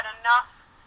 enough